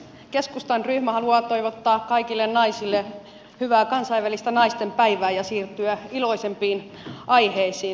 keskustan ryhmä haluaa toivottaa kaikille naisille hyvää kansainvälistä naistenpäivää ja siirtyä iloisempiin aiheisiin